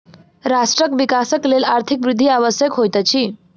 राष्ट्रक विकासक लेल आर्थिक वृद्धि आवश्यक होइत अछि